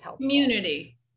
community